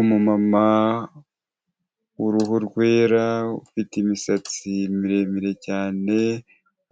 Umumama, uruhu rwera, ufite imisatsi miremire cyane